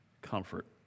comfort